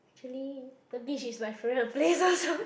actually the beach is my favorite places so